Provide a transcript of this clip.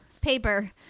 paper